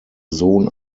sohn